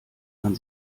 man